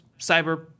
cyber